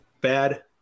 Bad